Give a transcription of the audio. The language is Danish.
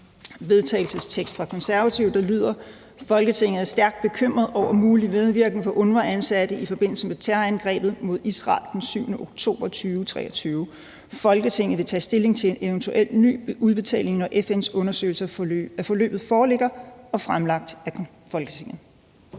vedtagelse »Folketinget er stærkt bekymret over mulig medvirken fra UNRWA-ansatte i forbindelse med terrorangrebet mod Israel den 7. oktober 2023. Folketinget vil tage stilling til en eventuel ny udbetaling, når FN’s undersøgelse af forløbet foreligger og er fremlagt for Folketinget.«